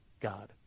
God